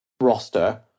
roster